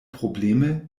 probleme